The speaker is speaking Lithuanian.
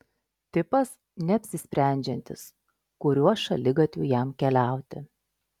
tipas neapsisprendžiantis kuriuo šaligatviu jam keliauti